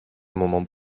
moment